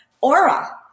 aura